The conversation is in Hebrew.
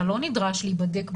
אתה לא נדרש להיבדק בשדה.